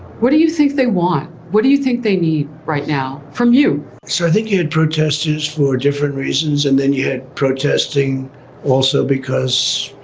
what do you think they want? what do you think they need right now from you? so i think you had protesters for different reasons. and then you had protesting also because,